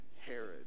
Herod